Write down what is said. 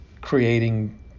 creating